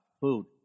Food